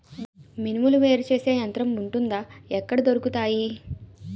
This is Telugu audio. మినుములు వేరు చేసే యంత్రం వుంటుందా? ఎక్కడ దొరుకుతాయి?